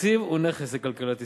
התקציב הוא נכס לכלכלת ישראל.